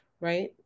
right